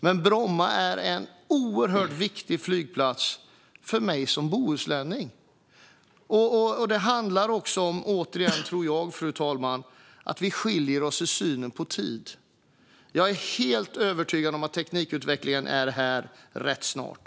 Men Bromma är en oerhört viktig flygplats för mig som bohuslänning. Det handlar återigen, tror jag, om en skillnad i synen på tid. Jag är helt övertygad om att teknikutvecklingen är här rätt snart.